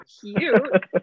cute